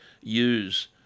use